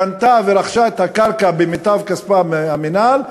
קנתה ורכשה את הקרקע במיטב כספי המינהל,